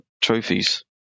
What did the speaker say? trophies